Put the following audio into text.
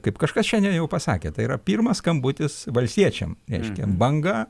kaip kažkas šiandien jau pasakė tai yra pirmas skambutis valstiečiam reiškia banga